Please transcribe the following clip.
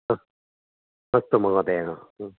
हा अस्तु महोदय हा